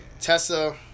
Tessa